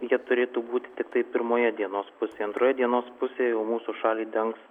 jie turėtų būti tiktai pirmoje dienos pusėje antroje dienos pusėje jau mūsų šalį dengs